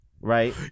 right